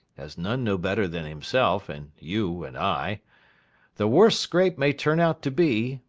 as none know better than himself, and you, and i the worst scrape may turn out to be,